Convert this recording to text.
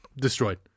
destroyed